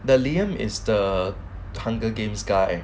the liam is the hunger games guy